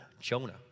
Jonah